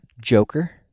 Joker